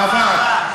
גברתי היושבת-ראש,